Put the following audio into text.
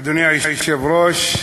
אדוני היושב-ראש,